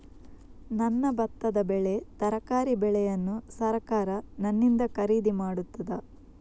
ನನ್ನ ಭತ್ತದ ಬೆಳೆ, ತರಕಾರಿ ಬೆಳೆಯನ್ನು ಸರಕಾರ ನನ್ನಿಂದ ಖರೀದಿ ಮಾಡುತ್ತದಾ?